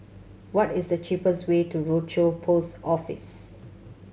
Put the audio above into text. what is the cheapest way to Rochor Post Office